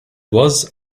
was